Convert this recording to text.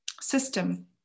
system